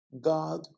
God